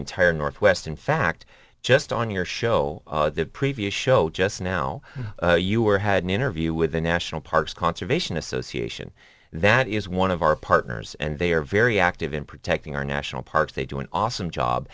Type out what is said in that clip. entire northwest in fact just on your show the previous show just now you were had an interview with the national parks conservation association that is one of our partners and they are very active in protecting our national parks they do an awesome job